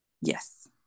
Yes